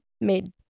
made